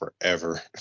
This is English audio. forever